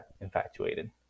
infatuated